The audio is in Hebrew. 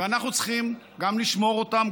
ואנחנו צריכים גם לשמור אותם,